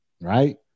right